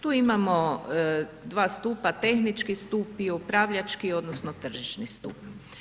Tu imamo dva stupa, tehnički stup i upravljački odnosno tržišni stup.